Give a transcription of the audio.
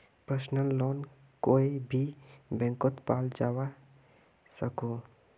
personal loan कोए भी बैंकोत पाल जवा सकोह